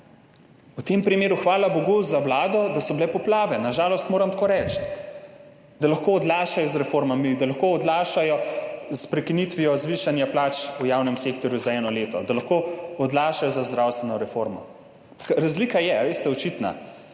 V tem primeru hvala bogu za vlado, da so bile poplave, na žalost moram tako reči, da lahko odlašajo z reformami, da lahko odlašajo s prekinitvijo zvišanja plač v javnem sektorju za eno leto, da lahko odlašajo z zdravstveno reformo. Razlika je očitna,